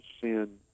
sin